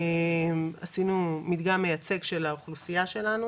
עשינו מדגם מייצג של האוכלוסייה שלנו